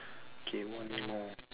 okay one more